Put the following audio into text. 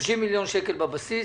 30 מיליון שקל בבסיס,